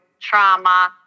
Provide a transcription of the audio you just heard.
trauma